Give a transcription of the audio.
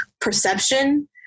perception